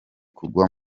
kugwa